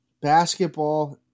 basketball